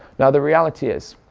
now the reality is,